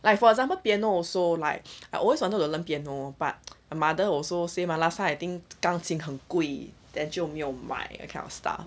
like for example piano also like I always wanted to learn piano but my mother also say mah last time I think 钢琴很贵 then 就没有买 that kind of stuff